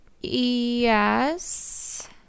yes